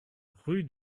rue